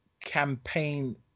campaign